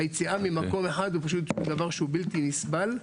היציאה ממקום אחד הוא פשוט דבר שהוא בלתי נסבל.